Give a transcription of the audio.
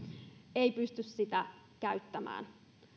ei pysty sitä käyttämään